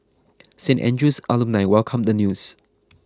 Saint Andrew's alumni welcomed the news